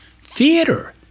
Theater